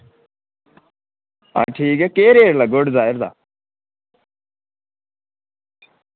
अच्छा ठीक ऐ केह् रेट लग्गग डिजायर दा